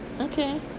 Okay